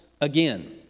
again